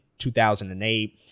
2008